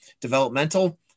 developmental